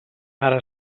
ara